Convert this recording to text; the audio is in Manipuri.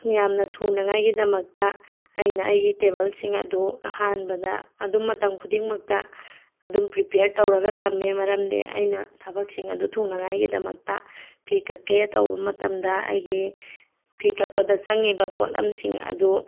ꯌꯥꯝꯅ ꯊꯨꯅꯉꯥꯏꯒꯤꯗꯃꯛꯇ ꯑꯩꯅ ꯑꯩꯒꯤ ꯇꯦꯕꯜꯁꯤꯡ ꯑꯗꯨ ꯑꯍꯥꯟꯕꯗ ꯑꯗꯨꯝ ꯃꯇꯝ ꯈꯨꯗꯤꯡꯃꯛꯇ ꯑꯗꯨꯝ ꯄ꯭ꯔꯤꯄꯦꯌꯔ ꯇꯧꯔꯒ ꯊꯝꯃꯦ ꯃꯔꯝꯗꯤ ꯑꯩꯅ ꯊꯕꯛꯁꯤꯡ ꯑꯗꯨ ꯊꯨꯅꯉꯥꯏꯒꯤꯗꯃꯛꯇ ꯐꯤ ꯀꯛꯀꯦ ꯇꯧꯕ ꯃꯇꯝꯗ ꯑꯩꯒꯤ ꯐꯤ ꯀꯛꯄꯗ ꯆꯪꯉꯤꯕ ꯄꯣꯠꯂꯝꯁꯤꯡ ꯑꯗꯨ